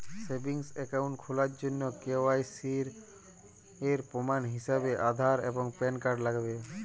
savings account খোলার জন্য KYC এর প্রমাণ হিসেবে আধার এবং প্যান কার্ড লাগবে